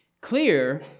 Clear